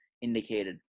indicated